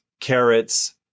carrots